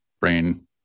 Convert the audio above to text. brain